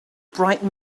bright